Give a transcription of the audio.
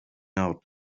out